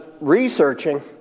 researching